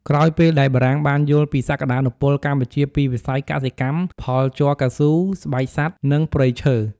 ក្រោយពេលដែលបារាំងបានយល់ពីសក្ដានុពលកម្ពុជាពីវិស័យកសិកម្ម ផលជ័រកៅស៊ូ ស្បែកសត្វ និងព្រៃឈើ ។